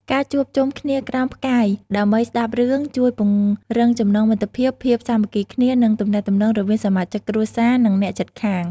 ការជួបជុំគ្នាក្រោមផ្កាយដើម្បីស្ដាប់រឿង ជួយពង្រឹងចំណងមិត្តភាព ភាពសាមគ្គីគ្នា និងទំនាក់ទំនងរវាងសមាជិកគ្រួសារ និងអ្នកជិតខាង ។